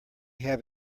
have